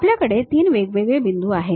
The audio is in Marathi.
आपल्याकडे 3 वेगळे बिंदू आहेत